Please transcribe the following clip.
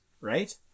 right